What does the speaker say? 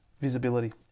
visibility